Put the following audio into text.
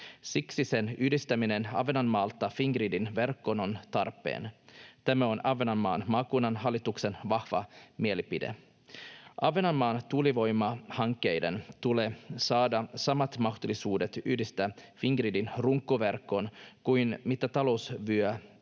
Siksi sen yhdistäminen Ahvenanmaalta Fingridin verkkoon on tarpeen. Tämä on Ahvenanmaan maakunnan hallituksen vahva mielipide. Ahvenanmaan tuulivoimahankkeiden tulee saada samat mahdollisuudet yhdistyä Fingridin runkoverkkoon kuin mitä talousvyöhykkeelläkin